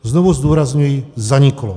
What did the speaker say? Znovu zdůrazňuji zaniklo.